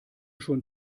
schon